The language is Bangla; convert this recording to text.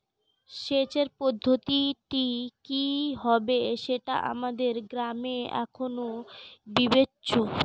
সেচের পদ্ধতিটি কি হবে সেটা আমাদের গ্রামে এখনো বিবেচ্য